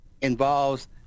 involves